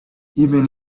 even